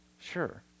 Sure